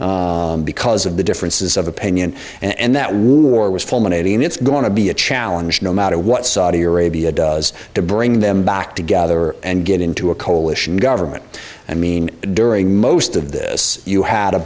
yemens because of the differences of opinion and that war was fulminating and it's going to be a challenge no matter what saudi arabia does to bring them back together and get into a coalition government i mean during most of this you had a